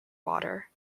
water